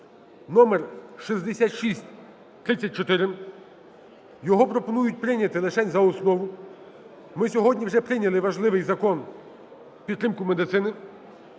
(№ 6634). Його пропонують прийняти лишень за основу. Ми сьогодні вже прийняли важливий закон на підтримку медицини.